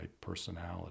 personality